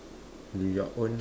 your own